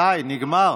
תודה רבה, די, נגמר.